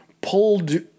pulled